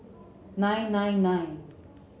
nine nine nine